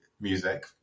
music